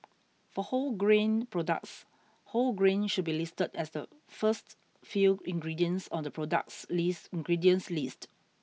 for wholegrain products whole grain should be listed as the first few ingredients on the product's list ingredients list